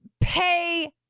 pay